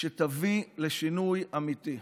שתביא לשינוי אמיתי.